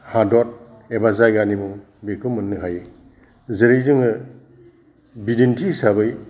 हादद एबा जायगानि मुं बेखौ मोननो हायो जेरै जोङो बिदिन्थि हिसाबै